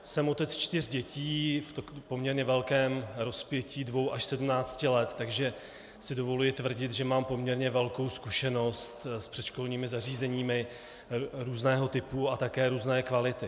Jsem otec čtyř dětí v poměrně velkém rozpětí dvou až sedmnácti let, takže si dovoluji tvrdit, že mám poměrně velkou zkušenost s předškolními zařízeními různého typu a také různé kvality.